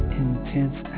intense